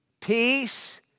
peace